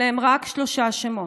אלו הם שלושה שמות,